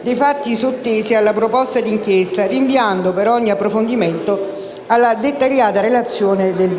dei fatti sottesi alla proposta di inchiesta, rinviando per ogni approfondimento alla dettagliata relazione del